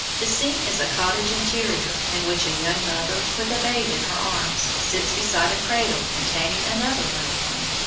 the scene is a cottage interior, in which a young mother, with a babe in her arms, sits beside a cradle containing another little one,